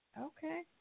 Okay